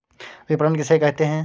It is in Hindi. विपणन किसे कहते हैं?